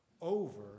over